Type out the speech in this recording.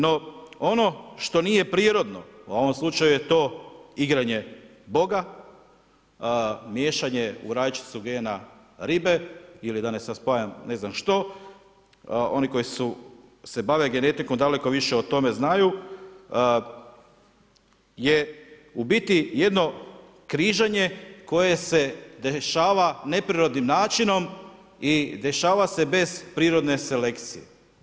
No ono što nije prirodno, a u ovom slučaju je igranje Boga, miješanje u rajčicu gena ribe ili da sada ne spajam ne znam što, oni koji se bave genetikom daleko više o tome znaju je u biti jedno križanje koje se dešava neprirodnim načinom i dešava se bez prirodne selekcije.